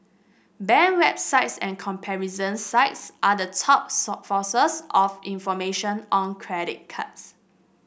bank websites and comparison sites are the top sources of information on credit cards